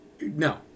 no